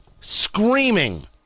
screaming